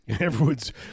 everyone's